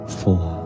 four